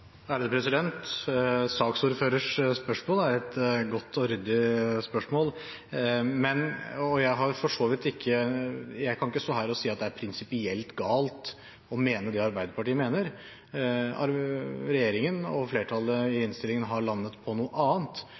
spørsmål er et godt og ryddig spørsmål, og jeg kan ikke stå her og si at det er prinsipielt galt å mene det Arbeiderpartiet mener. Regjeringen og flertallet i innstillingen har landet på noe annet.